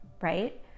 right